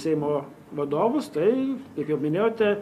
seimo vadovus tai kaip jau minėjote